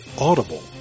Audible